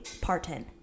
Parton